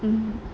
mmhmm